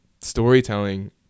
storytelling